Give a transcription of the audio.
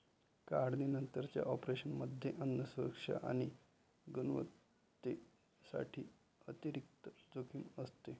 काढणीनंतरच्या ऑपरेशनमध्ये अन्न सुरक्षा आणि गुणवत्तेसाठी अतिरिक्त जोखीम असते